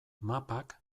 mapak